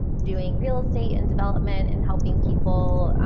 doing real estate and development and helping people.